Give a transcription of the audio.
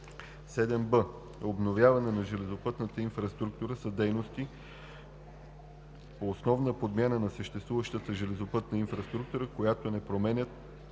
7б. „Обновяване на железопътната инфраструктура“ са дейности по основна подмяна на съществуващата железопътна инфраструктура, които не променят цялостните